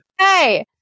hey